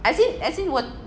as in as in 我